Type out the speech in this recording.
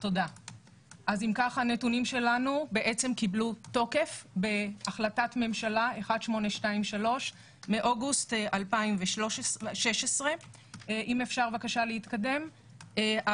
הנתונים שלנו קיבלו תוקף בהחלטת ממשלה 1823 באוגוסט 2016. העבודה